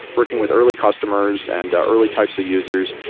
working with early customers and early types of users.